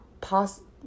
possible